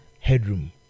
headroom